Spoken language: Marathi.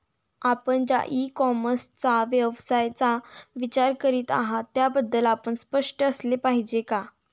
आपण ज्या इ कॉमर्स व्यवसायाचा विचार करीत आहात त्याबद्दल आपण स्पष्ट असले पाहिजे का?